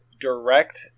direct